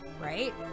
Right